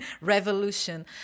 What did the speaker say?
Revolution